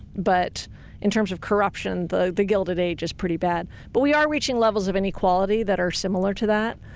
but in terms of corruption the the gilded age is pretty bad but we are reaching levels of inequality that are similar to that.